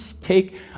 take